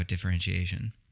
differentiation